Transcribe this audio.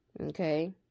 Okay